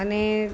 અને